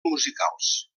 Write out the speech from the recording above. musicals